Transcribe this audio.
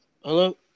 Hello